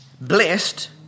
blessed